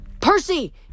Percy